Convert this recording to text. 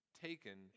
taken